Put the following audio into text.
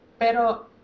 pero